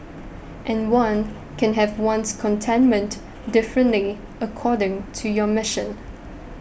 and one can have one's contentment differently according to your mission